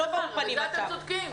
בזה אתם צודקים.